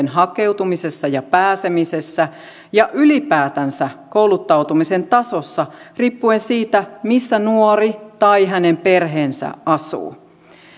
hakeutumisessa ja pääsemisessä ja ylipäätänsä kouluttautumisen tasossa riippuen siitä missä nuori tai hänen perheensä asuu